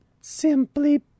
simply